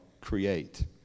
create